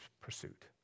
pursuit